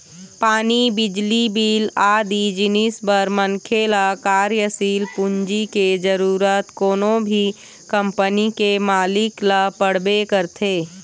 पानी, बिजली बिल आदि जिनिस बर मनखे ल कार्यसील पूंजी के जरुरत कोनो भी कंपनी के मालिक ल पड़बे करथे